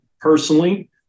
personally